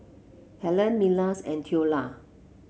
Helene Milas and Theola